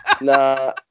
Nah